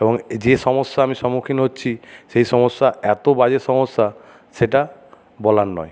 এবং যে সমস্যার আমি সম্মুখীন হচ্ছি সেই সমস্যা এত বাজে সমস্যা সেটা বলার নয়